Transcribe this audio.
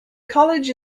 college